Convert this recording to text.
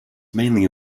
mainly